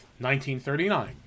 1939